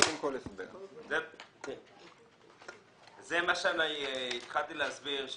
זה מה שהתחלתי להסביר.